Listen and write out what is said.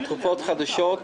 תרופות חדשות,